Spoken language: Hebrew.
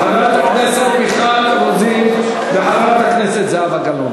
אם אתה מתרגז, סימן שזה טוב.